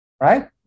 Right